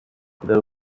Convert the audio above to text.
there